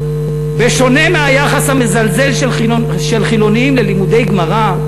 "בשונה מהיחס המזלזל של חילונים ללימודי גמרא,